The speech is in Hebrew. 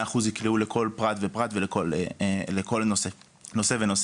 אחוז יקראו לכל פרט ופרט וכל נושא ונושא.